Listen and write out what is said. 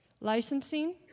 licensing